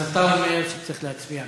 אז אתה אומר שאתה צריך להצביע בעד.